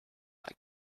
like